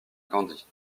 candie